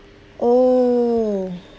oh